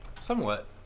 somewhat